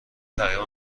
تقریبا